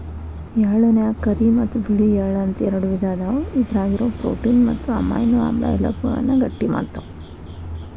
ಎಳ್ಳನ್ಯಾಗ ಕರಿ ಮತ್ತ್ ಬಿಳಿ ಎಳ್ಳ ಅಂತ ಎರಡು ವಿಧ ಅದಾವ, ಇದ್ರಾಗಿರೋ ಪ್ರೋಟೇನ್ ಮತ್ತು ಅಮೈನೋ ಆಮ್ಲ ಎಲಬುಗಳನ್ನ ಗಟ್ಟಿಮಾಡ್ತಾವ